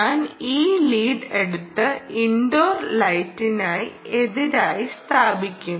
ഞാൻ ഈ ലിഡ് എടുത്ത് ഇൻഡോർ ലൈറ്റിന് എതിരായി സ്ഥാപിക്കും